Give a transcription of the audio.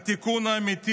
"התיקון האמיתי,